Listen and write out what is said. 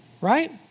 Right